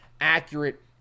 accurate